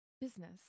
business